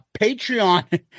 Patreon